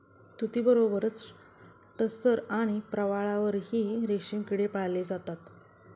तुतीबरोबरच टसर आणि प्रवाळावरही रेशमी किडे पाळले जातात